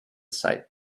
sight